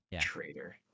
Traitor